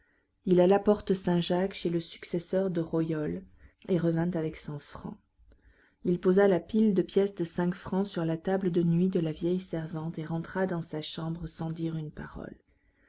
il alla porte saint-jacques chez le successeur de royol et revint avec cent francs il posa la pile de pièces de cinq francs sur la table de nuit de la vieille servante et rentra dans sa chambre sans dire une parole